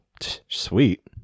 Sweet